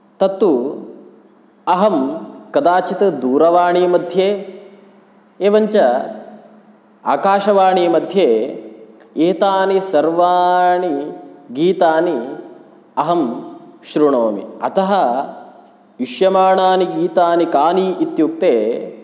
तत्तु अहं कदाचित् दूरवाणीमध्ये एवं च आकाशवाणीमध्ये एतानि सर्वाणि गीतानि अहं शृणोमि अतः इष्यमाणानि गीतानि कानि इत्युक्ते